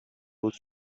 بود